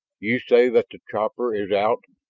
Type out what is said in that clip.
you say that the copter is out.